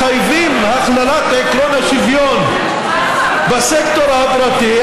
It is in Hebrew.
מחייבים את הכללת עקרון השוויון בסקטור הפרטי,